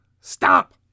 Stop